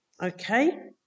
Okay